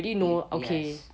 ye~ yes